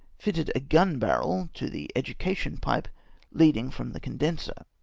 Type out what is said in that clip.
fitted a gun-barrel to the eduction pipe leading from the condenser.